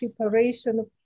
preparation